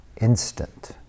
instant